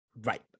right